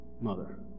mother